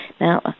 Now